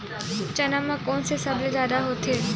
चना म कोन से सबले जादा होथे?